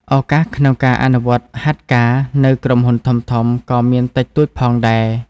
ឱកាសក្នុងការអនុវត្តហាត់ការនៅក្រុមហ៊ុនធំៗក៏មានតិចតួចផងដែរ។